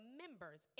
members